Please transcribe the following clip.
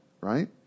right